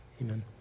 amen